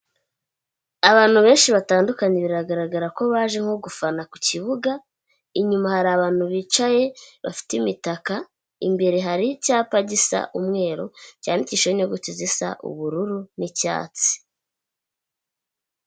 Abantu benshi batandukanye biragaragara ko baje nko gufana ku kibuga, inyuma hari abantu bicaye bafite imitaka, imbere hari icyapa gisa umweru cyandikishijeho inyuguti zisa ubururu n'icyatsi.